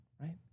right